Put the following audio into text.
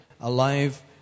alive